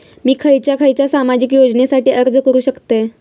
मी खयच्या खयच्या सामाजिक योजनेसाठी अर्ज करू शकतय?